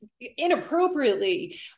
inappropriately